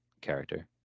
character